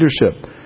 leadership